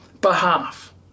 behalf